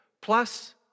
plus